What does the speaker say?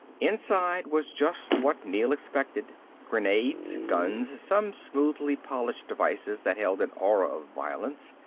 inside was just what neel expected. grenades, guns, some smoothly polished devices that held an aura of violence.